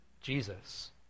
Jesus